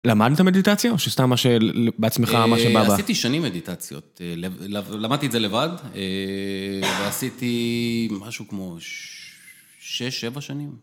למדת מדיטציה, או שסתם בעצמך מה שבא ובא? עשיתי שנים מדיטציות, למדתי את זה לבד, ועשיתי משהו כמו שש, שבע שנים.